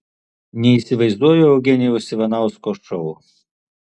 neįsivaizduoju eugenijaus ivanausko šou